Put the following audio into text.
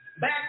back